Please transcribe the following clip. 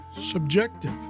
subjective